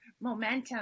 momentum